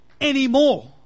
anymore